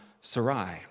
Sarai